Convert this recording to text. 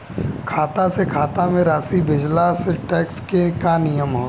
खाता से खाता में राशि भेजला से टेक्स के का नियम ह?